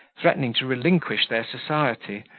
threatening to relinquish their society,